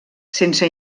sense